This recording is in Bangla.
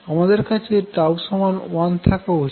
আমাদের কাছে 1 থাকা উচিত